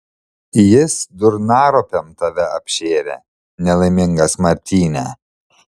jis durnaropėm tave apšėrė nelaimingas martyne